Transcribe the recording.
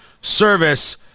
service